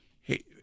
Hey